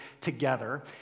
together